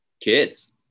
kids